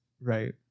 right